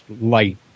light